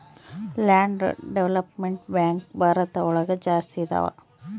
land development bank Bharat ಒಳಗ ಜಾಸ್ತಿ ಇದಾವ